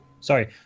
Sorry